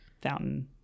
Fountain